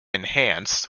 enhanced